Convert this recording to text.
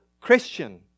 Christian